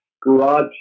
garage